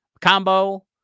combo